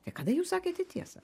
tai kada jūs sakėte tiesą